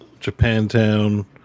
Japantown